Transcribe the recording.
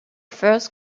first